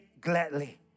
gladly